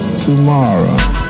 tomorrow